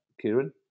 Kieran